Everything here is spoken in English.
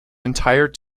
entire